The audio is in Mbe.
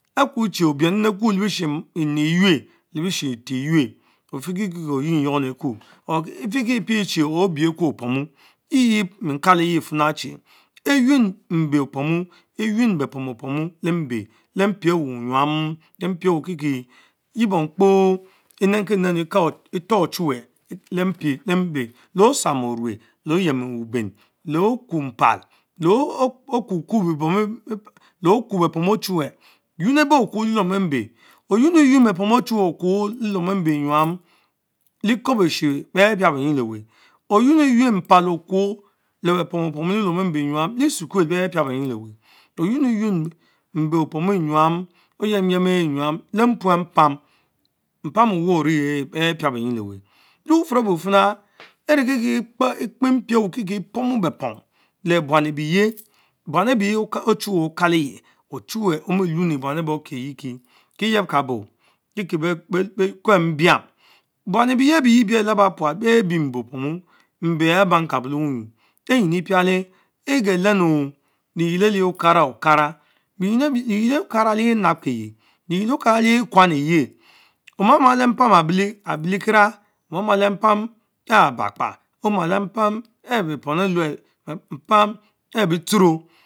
Ekuchie Obienu leku lebisni ench eyue, lebishi eter ques ofer kiekie oyonyounieku or efikie hie Obieku on Pomu, tive mie kaleye fina Chi eyuen mbe opomuu Eyuen bepom opomu leh mbe, leh mpie awon nyam, lempie awoh yie bom apo enenkie nennu eka, etor Ochuwe leh mbe, len otpsama bruch teh Oyemu-wuben, leh oku-mpal. leh okno bepom Ochuweh Juan eber Okwoh leh Leluom ember enyam le-Kuobeche beh pia benzin le web, Oyueni yuen mpal okyon leh bepom opomu le-lelom steembe enyom le-esukul beh pia benyin teweh, Oyveniyuen enytaman ayem yem eir enyam le mpuио tpap, tраm owen ahh wer one beh pia benyin leweh. le bufun obufing inieki expe mpie onsen kie epomy beh pom le buan ebeye, buam ebeh Ochuweh Okaleye Ochuweh omilueni buan ebeh okieyiekie, kieyebkabo Kieke beh kuel mbiam, buan aberie ebeh teh ebieten laba puat, beh biembe opoma mbe els bankabo leh wany wunya lentini pialee, Eger lennu liyiel elich Okara Okara Ungiel Okara le nabkizie, Liyiel akara le kwan lepen omamah le mpam abi lekieng omamas lempam ehh abakpa Oma leh mpam ehh bepom leluel ehh bitchoro.